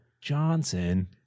Johnson